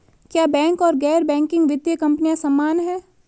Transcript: क्या बैंक और गैर बैंकिंग वित्तीय कंपनियां समान हैं?